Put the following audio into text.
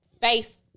face